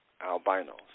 albinos